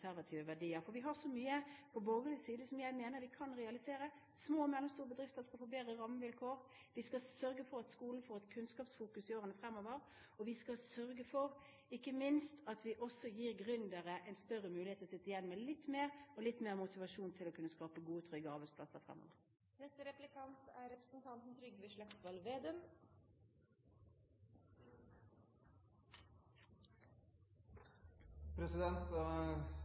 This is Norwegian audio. Vi har så mye på borgerlig side som jeg mener vi kan realisere. Små og mellomstore bedrifter skal få bedre rammevilkår. Vi skal sørge for at skolen får et kunnskapsfokus i årene fremover. Vi skal ikke minst sørge for at vi også gir gründere en større mulighet til å sitte igjen med litt mer, og litt mer motivasjon til å skape gode og trygge arbeidsplasser fremover. Jeg var så enig i innledningen til representanten